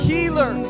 Healer